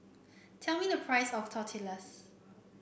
tell me the price of Tortillas